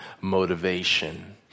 motivation